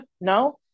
no